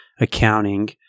accounting